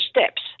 steps